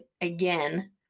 again